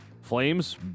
Flames